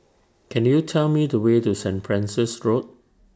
Can YOU Tell Me The Way to Saint Francis Road